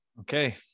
Okay